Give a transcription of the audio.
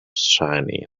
shiny